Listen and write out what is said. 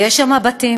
ויש שם בתים.